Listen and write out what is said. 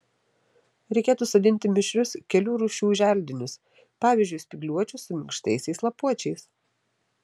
reikėtų sodinti mišrius kelių rūšių želdinius pavyzdžiui spygliuočius su minkštaisiais lapuočiais